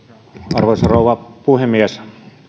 arvoisa rouva puhemies